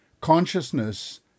consciousness